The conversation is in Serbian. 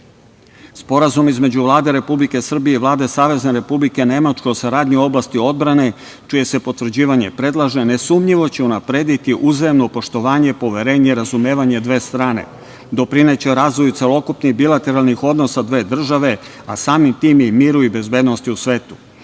između Vlade Republike Srbije i Vlade Savezne Republike Nemačke u saradnji u oblasti odbrane, čije se potvrđivanje predlaže, nesumnjivo će unaprediti uzajamno poštovanje, poverenje, razumevanje dve strane. Doprineće razvoju celokupnih bilateralnih odnosa dve države, a samim tim i miru i bezbednosti u svetu.